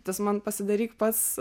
tas man pasidaryk pats